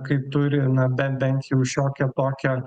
kai turi na bent bent jau šiokią tokią